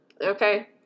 okay